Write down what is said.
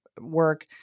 work